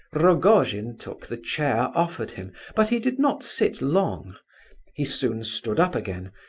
rogojin took the chair offered him, but he did not sit long he soon stood up again,